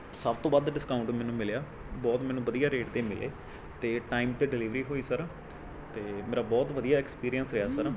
ਸਭ ਤੋਂ ਵੱਧ ਡਿਸਕਾਉਂਟ ਮੈਨੂੰ ਮਿਲਿਆ ਬਹੁਤ ਮੈਨੂੰ ਵਧੀਆ ਰੇਟ 'ਤੇ ਮਿਲੇ ਅਤੇ ਟਾਇਮ 'ਤੇ ਡਲਿਵਰੀ ਹੋਈ ਸਰ ਅਤੇ ਮੇਰਾ ਬਹੁਤ ਵਧੀਆ ਐਕਸਪੀਰੀਐਂਸ ਰਿਹਾ ਸਰ